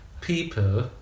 people